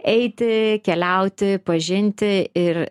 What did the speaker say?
eiti keliauti pažinti ir